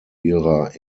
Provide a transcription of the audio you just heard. ihrer